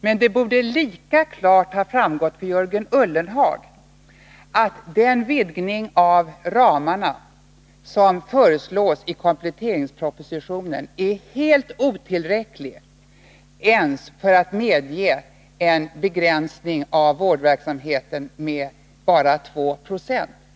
Men det borde lika klart ha framgått för Jörgen Ullenhag att den vidgning av ramarna som föreslås i kompletteringspropositionen är helt otillräcklig för att begränsa neddragningen av vårdverksamheten till 2 26.